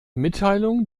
mitteilung